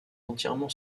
entièrement